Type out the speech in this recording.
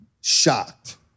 Shocked